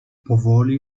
powoli